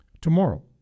tomorrow